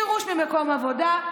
גירוש ממקום עבודה,